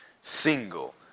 single